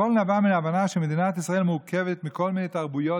הכול נבע מן ההבנה שמדינת ישראל מורכבת מכל מיני תרבויות,